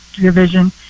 division